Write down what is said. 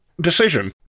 decision